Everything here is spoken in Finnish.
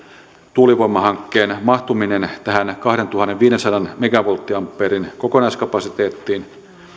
tuulivoimahankkeen mahtuminen tähän kahdentuhannenviidensadan megavolttiampeerin kokonaiskapasiteettiin